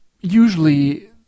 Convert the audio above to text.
usually